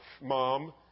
Mom